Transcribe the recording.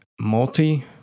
multi